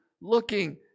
looking